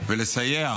ולסייע